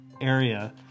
area